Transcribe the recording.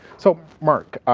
so mark,